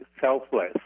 selfless